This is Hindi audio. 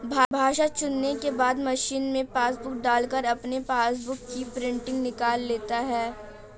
भाषा चुनने के बाद मशीन में पासबुक डालकर अपने पासबुक की प्रिंटिंग निकाल लेता है